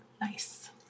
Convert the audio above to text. Nice